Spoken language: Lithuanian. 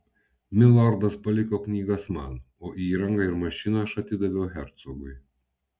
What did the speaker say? milordas paliko knygas man o įrangą ir mašiną aš atidaviau hercogui